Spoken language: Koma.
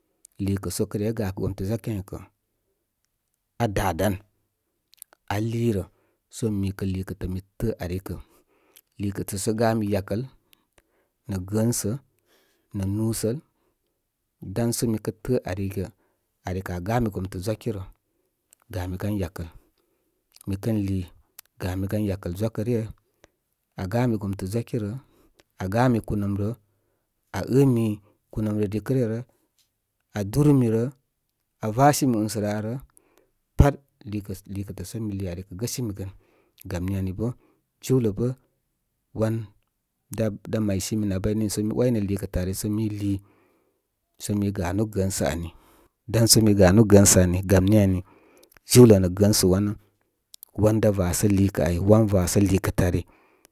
Lììkə̀ sə kə’ re ye gakə gomtə gwaki áykə́ aa də dan, aa líírə. Sə mikə’ lììkə̀ kə̀ mī tōó ari kə́ lììkə’ tə’ sə gami̍ yakəl nə̀ gəənsə nə̀ núsəl dansə mìkə’ təə ari kə ari̍ kə aa gamī gom tə ʒwa ki̍ və. Gami̍ gun yakəl. Mìkə lìì gami gar yakəl gwakə ryə. Aā gamî gomtə gwa ki rə’ aagamì kunəm rə’, aa ɨ́ mi kunəm və dikə’ ryə rəī aa durmi rə’ aa vasimi ún sə rə aa rə’ aa vasimi ún sə rə aa rə’ pat lìì kə, lìì kətə sə mì lìì ari kə’ gəsimì gə. Fam ni ari bə’ jiwlə bə’ wan da’, da’ maysími nàbay nìì sə mi waynə lìì kə̄ tə̀ ari sə mīn líí sə mi ganul gərsə̀ ari, dan sə mí ganu gəənsə̀ ani. Gam ni ani jiwlə nə gərsə’ wamə wam da’ vasa’ lììkə ay, wam vasə lììkə tə’ ari.